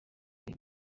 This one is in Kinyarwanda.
bihe